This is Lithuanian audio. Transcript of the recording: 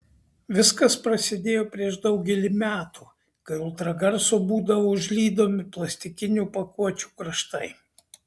viskas prasidėjo prieš daugelį metų kai ultragarsu būdavo užlydomi plastikinių pakuočių kraštai